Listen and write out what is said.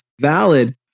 valid